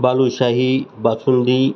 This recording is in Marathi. बालुशाही बासुंदी